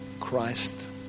Christ